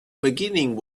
beginning